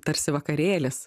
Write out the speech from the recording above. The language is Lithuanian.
tarsi vakarėlis